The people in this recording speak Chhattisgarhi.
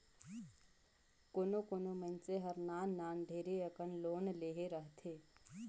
कोनो कोनो मइनसे हर नान नान ढेरे अकन लोन लेहे रहथे